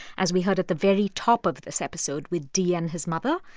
as we heard at the very top of this episode with d and his mother.